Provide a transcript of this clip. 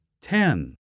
ten